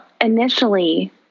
initially